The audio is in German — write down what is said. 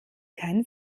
kein